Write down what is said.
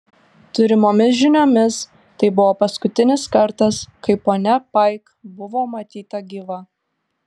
turimomis žiniomis tai buvo paskutinis kartas kai ponia paik buvo matyta gyva